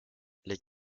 les